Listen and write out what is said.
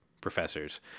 professors